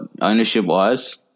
ownership-wise